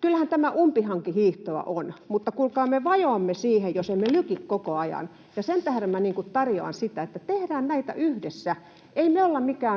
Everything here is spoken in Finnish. kyllähän tämä umpihankihiihtoa on, mutta kuulkaa me vajoamme siihen, jos emme lyki koko ajan, ja sen tähden tarjoan sitä, että tehdään näitä yhdessä. Ei me